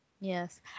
Yes